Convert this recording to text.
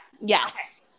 Yes